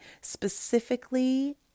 specifically